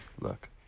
Look